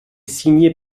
signé